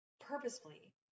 purposefully